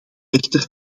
echter